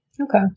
Okay